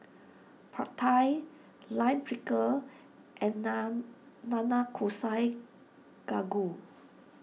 Pad Thai Lime Pickle and Nanakusa Gayu